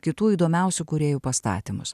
kitų įdomiausių kūrėjų pastatymus